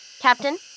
Captain